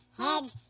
heads